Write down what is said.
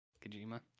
kojima